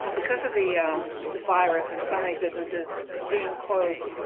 because of the the virus and so many businesses being closed,